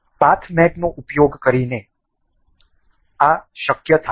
તેથી પાથ મેટનો ઉપયોગ કરીને આ શક્ય હતું